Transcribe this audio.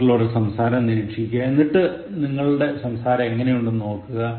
മറ്റുള്ളവരുടെ സംസാരം നിരീക്ഷിക്കുക എന്നിട്ട് നിങ്ങളുടെ സംസാരം എങ്ങനെയുണ്ട് എന്ന് നോക്കുക